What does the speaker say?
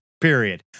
period